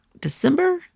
December